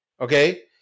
Okay